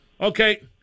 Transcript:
Okay